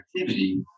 activity